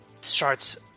starts